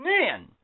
Man